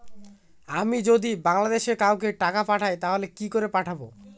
আমি যদি বাংলাদেশে কাউকে টাকা পাঠাই তাহলে কি করে পাঠাবো?